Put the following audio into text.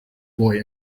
boy